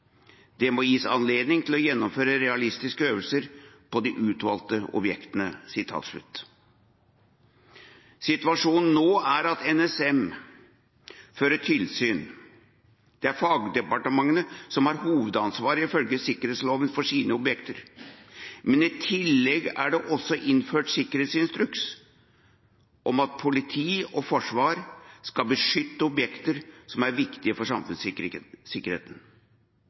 Det må gis anledning til å gjennomføre realistiske øvelser på de utvalgte objektene.» Situasjonen nå er at NSM fører tilsyn. Det er fagdepartementene som har hovedansvar ifølge sikkerhetsloven for «sine» objekter, men i tillegg er det også innført sikkerhetsinstruks om at politi og forsvar skal beskytte objekter som er viktige for